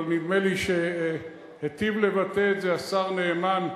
אבל נדמה לי שהיטיב לבטא את זה השר נאמן.